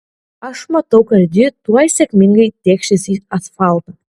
aš matau kad ji tuoj sėkmingai tėkšis į asfaltą